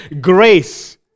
grace